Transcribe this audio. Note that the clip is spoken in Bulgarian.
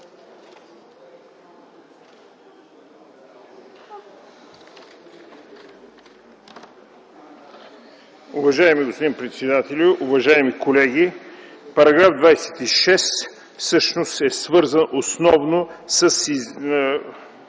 Уважаеми господин председателю, уважаеми колеги! Параграф 26 е свързан основно с